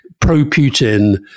pro-Putin